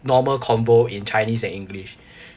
normal combo in chinese and english